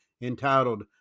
entitled